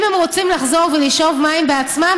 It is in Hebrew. אם הם רוצים לחזור ולשאוב מים בעצמם,